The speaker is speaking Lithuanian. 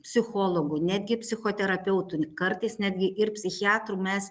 psichologų netgi psichoterapeutų kartais netgi ir psichiatrų mes